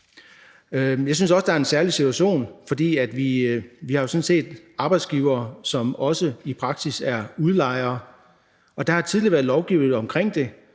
Jeg synes også, at der er en særlig situation, for vi har sådan set arbejdsgivere, som også i praksis er udlejere, og der har tidligere været lovgivet omkring det.